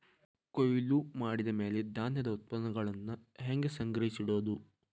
ಕೊಯ್ಲು ಮಾಡಿದ ಮ್ಯಾಲೆ ಧಾನ್ಯದ ಉತ್ಪನ್ನಗಳನ್ನ ಹ್ಯಾಂಗ್ ಸಂಗ್ರಹಿಸಿಡೋದು?